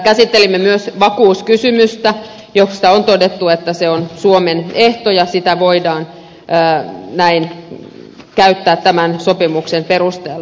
käsittelimme myös vakuuskysymystä josta on todettu että se on suomen ehto ja sitä voidaan näin käyttää tämän sopimuksen perusteella